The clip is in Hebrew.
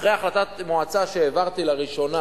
אחרי החלטת מועצה שהעברתי לראשונה